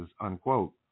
unquote